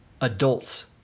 adults